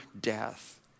death